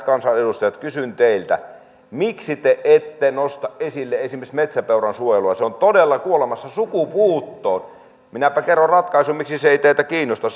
kansanedustajat kysyn teiltä miksi te ette nosta esille esimerkiksi metsäpeuran suojelua se on todella kuolemassa sukupuuttoon minäpä kerron ratkaisun miksi se ei teitä kiinnosta